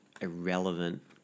irrelevant